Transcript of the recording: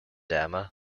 emma